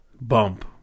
bump